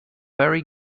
very